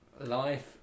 Life